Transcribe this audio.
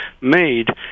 made